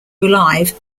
live